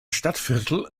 stadtviertel